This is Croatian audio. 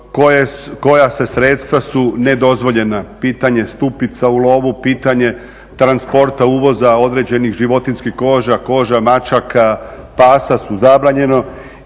koja sredstva su nedozvoljena, pitanje stupica u lovu, pitanje transporta, uvoza određenih životinjskih koža, koža mačaka, pasa su zabranjeno